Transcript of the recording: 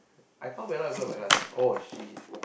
I kao pei a lot of people in my class oh shit